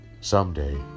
Someday